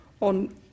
on